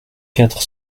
quatre